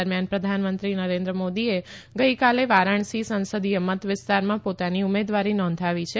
દરમ્યાન પ્રધાનમંત્રી નરેન્દ્ર મોદીએ ગઈકાલે વારાણસી સંસદીય મત વિસ્તારમાં પોતાની ઉમેદવારી નોંધાવી છે